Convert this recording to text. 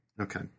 Okay